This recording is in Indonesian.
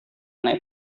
naik